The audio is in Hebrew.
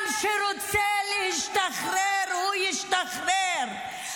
עם שרוצה להשתחרר, הוא ישתחרר.